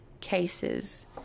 cases